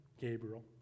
Gabriel